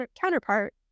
counterpart